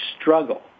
struggle